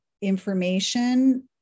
information